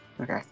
okay